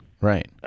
right